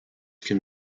can